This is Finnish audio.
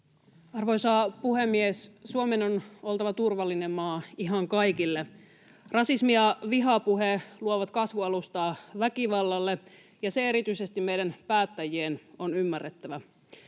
Arvoisa puhemies! Suomen on oltava turvallinen maa ihan kaikille. Rasismi ja vihapuhe luovat kasvualustaa väkivallalle, ja se erityisesti meidän päättäjien on ymmärrettävä.